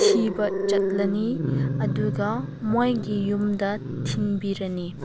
ꯊꯤꯕ ꯆꯠꯂꯅꯤ ꯑꯗꯨꯒ ꯃꯣꯏꯒꯤ ꯌꯨꯝꯗ ꯊꯤꯟꯕꯤꯔꯅꯤ